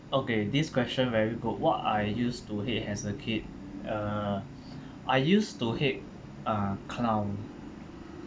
okay this question very good what I used to hate as a kid uh I used to hate uh clown